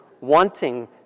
Wanting